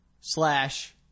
slash